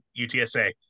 UTSA